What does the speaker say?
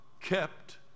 kept